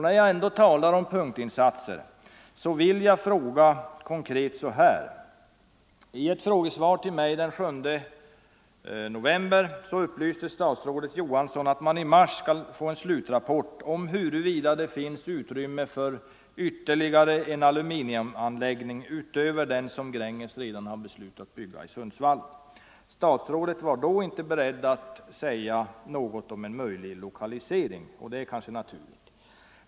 När jag ändå talar om punktinsatser vill jag ställa en konkret fråga. I ett frågesvar till mig den 7 november upplyste statsrådet Johansson om att man i mars skall få en slutrapport om huruvida det finns utrymme för ytterligare en aluminiumanläggning utöver den som Gränges redan har beslutat bygga i Sundsvall. Statsrådet var då inte beredd att säga något om en möjlig lokalisering, och det var kanske naturligt.